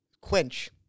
Quench